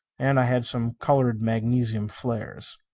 and i had some colored magnesium flares.